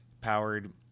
powered